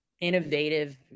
innovative